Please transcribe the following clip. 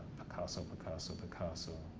picasso, picasso, picasso.